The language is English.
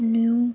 new